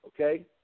Okay